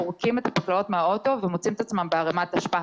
פורקים את הפקלאות מהאוטו ומוצאים את עצמם בערימת אשפה.